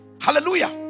Hallelujah